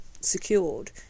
secured